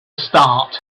start